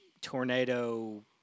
tornado